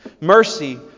Mercy